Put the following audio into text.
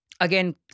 Again